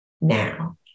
now